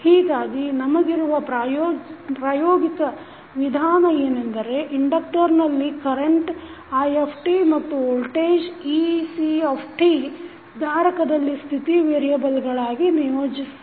ಹೀಗಾಗಿ ನಮಗಿರುವ ಪ್ರಾಯೋಗಿಕ ವಿಧಾನ ಏನೆಂದರೆ ಇಂಡಕ್ಟರ್ನಲ್ಲಿ ಕರೆಂಟ್ i ಮತ್ತು ವೋಲ್ಟೇಜನ್ನು ec ಧಾರಕದಲ್ಲಿ ಸ್ಥಿತಿ ವೇರಿಯೆಬಲ್ಗಳಾಗಿ ನಿಯೋಜಿಸುವುದು